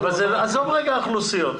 עזוב לרגע אוכלוסיות.